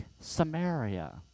Samaria